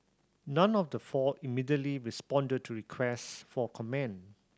none of the four immediately responded to request for comment